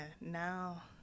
now